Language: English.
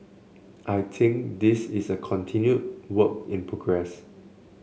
I think this is a continued work in progress